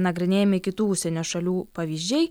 nagrinėjami kitų užsienio šalių pavyzdžiai